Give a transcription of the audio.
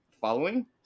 following